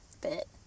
bit